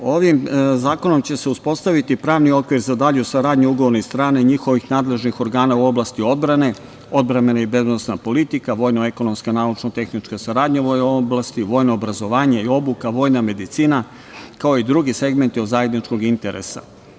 Ovim zakonom će se uspostaviti pravni okvir za dalju saradnju ugovornih strana i njihovih nadležnih organa u oblasti odbrane, odbrambena i bezbednosna politika, vojno-ekonomska i naučno-tehnička saradnja, vojno obrazovanje i obuka, vojna medicina, kao i drugi segmenti od zajedničkog interesa.